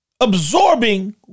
Absorbing